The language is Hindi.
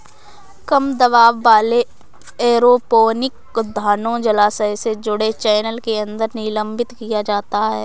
कम दबाव वाले एरोपोनिक उद्यानों जलाशय से जुड़े चैनल के अंदर निलंबित किया जाता है